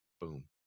boom